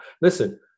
Listen